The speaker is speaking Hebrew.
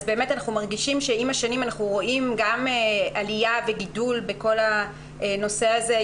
גורמת לכך שעם השנים אנחנו רואים עלייה וגידול בכל הנושא הזה.